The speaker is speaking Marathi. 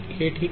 हे ठीक आहे